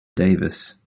davis